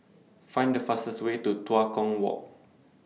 Find The fastest Way to Tua Kong Walk